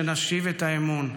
שנשיב את האמון.